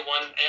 one